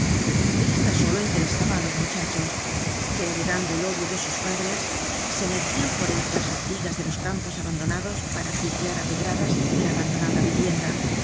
esta sólo interesaba á los mu chachos que heredando el odio de sus padres metían se por entre las ortigas de los camposabandonados para acribillar á pedradas la abandonada vivienda